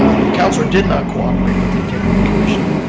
ah the councilor did not cooperate with the integrity commissioner,